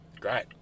great